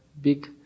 big